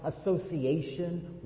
association